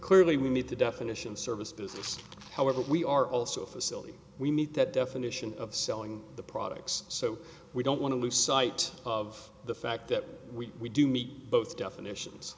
clearly we need to definition service business however we are also facilities we need that definition of selling the products so we don't want to lose sight of the fact that we do meet both definitions